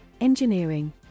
engineering